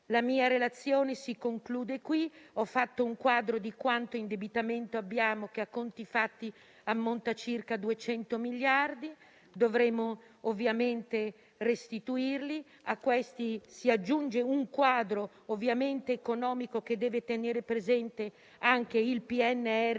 La mia relazione si conclude qui. Ho fatto un quadro di quanto indebitamento abbiamo, che, a conti fatti, ammonta a circa 200 miliardi, che dovremo ovviamente restituire. A questi si aggiunge un quadro economico che deve tenere presente anche il PNRR